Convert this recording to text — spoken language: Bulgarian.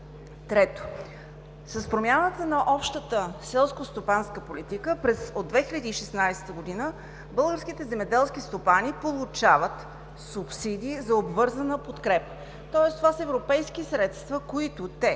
Трето, с промяната на общата селскостопанска политика от 2016 г. българските земеделски стопани получават субсидия за обвързана подкрепа. Тоест това са европейски средства, които те,